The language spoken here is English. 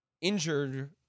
injured